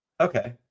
Okay